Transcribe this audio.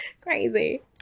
crazy